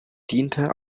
diente